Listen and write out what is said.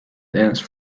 dance